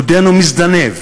עודנו מזדנב,